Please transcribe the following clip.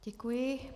Děkuji.